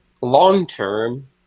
Long-term